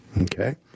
Okay